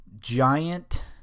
giant